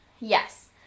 Yes